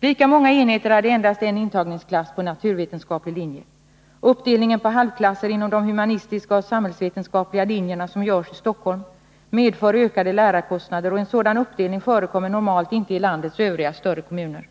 Lika många enheter hade endast en intagningsklass på naturvetenskaplig linje. Uppdelningen på halvklasser inom de humanistiska och samhällsvetenskapliga linjerna som görs i Stockholm medför ökade lärarkostnader, och en sådan uppdelning förekommer normalt inte i landets övriga större kommuner.